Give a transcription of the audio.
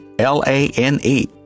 L-A-N-E